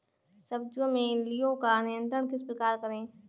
सब्जियों में इल्लियो का नियंत्रण किस प्रकार करें?